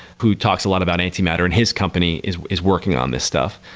who talks a lot about antimatter, and his company is is working on this stuff.